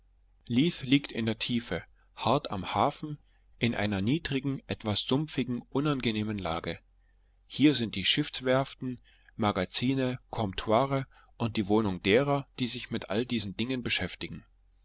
leith liegt in der tiefe hart am hafen in einer niedrigen etwas sumpfigen unangenehmen lage hier sind die schiffswerften magazine comptoire und die wohnungen derer die mit allen diesen dingen sich beschäftigen